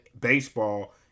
baseball